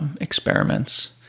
Experiments